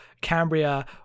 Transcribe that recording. cambria